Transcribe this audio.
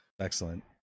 Excellent